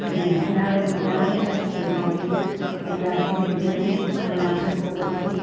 പിന്നെ എല്ലാവരും എല്ലാവരും ടേസ്റ്റ് ചെയ്ത് നോക്കി അപ്പം എല്ലാവർക്കും ഈ ബിരിയാണി നന്നായിട്ട് ഇഷ്ടപ്പെട്ടു